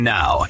now